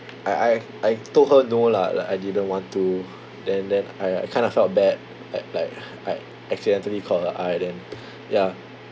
I I I told her no lah like I didn't want to then then I I kind of felt bad that like I accidentally caught her eye then ya